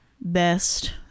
best